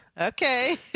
Okay